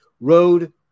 Road